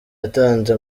yatanze